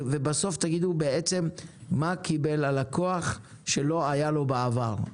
בסוף תגידו מה קיבל הלקוח שלא היה לו בעבר.